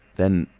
then,